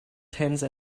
tense